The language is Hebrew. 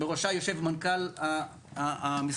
בראשה יושב מנכ"ל המשרד,